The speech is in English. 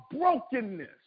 brokenness